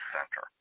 Center